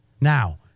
Now